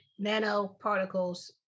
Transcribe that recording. nanoparticles